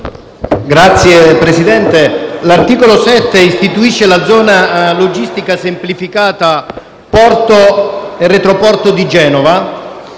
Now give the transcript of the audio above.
Signor Presidente, l’articolo 7 istituisce la Zona logistica semplificata - Porto e Retroporto di Genova,